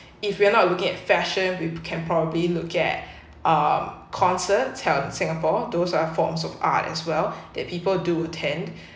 if you're not looking at fashion we can probably look at um concerts held in singapore those are forms of art as well that people do attend